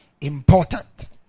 Important